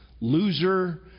loser